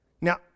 Now